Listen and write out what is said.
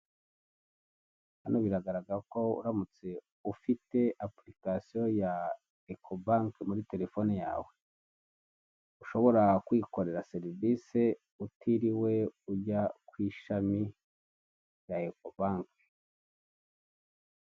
Hano biragaragara ko uramutse ufite apurikasiyo ya eko banki muri telefone yawe, ushobora kwikorera serivise utiriwe ujya ku ishami rya eko banki.